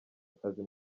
akazi